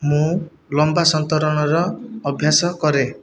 ମୁଁ ଲମ୍ବା ସନ୍ତରଣର ଅଭ୍ୟାସ କରେ